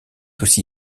aussi